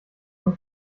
die